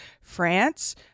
France